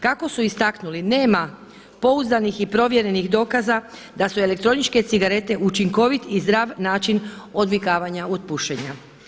Kako su istaknuli nema pouzdanih i provjerenih dokaza da su elektroničke cigarete učinkovit i zdrav način odvikavanja od pušenja.